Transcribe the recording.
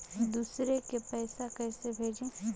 दुसरे के पैसा कैसे भेजी?